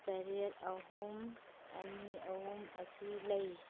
ꯇꯔꯦꯠ ꯑꯍꯨꯝ ꯑꯅꯤ ꯑꯍꯨꯝ ꯑꯁꯤ ꯂꯩ